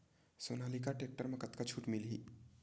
Sonalika tractor म कतका छूट मिलही?